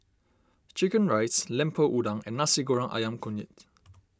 Chicken Rice Lemper Udang and Nasi Goreng Ayam Kunyit